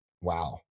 Wow